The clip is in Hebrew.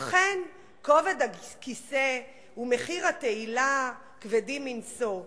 אכן, כובד הכיסא ומחיר התהילה כבדים מנשוא.